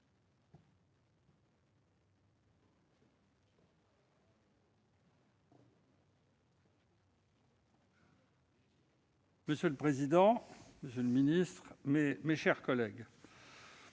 Monsieur le président, monsieur le ministre, mes chers collègues,